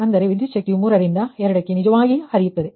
ಅಂದರೆ ವಿದ್ಯುಚ್ಛಕ್ತಿಯು ಮೂರರಿಂದ ಎರಡಕ್ಕೆ ನಿಜವಾಗಿ ಹರಿಯುತ್ತದೆ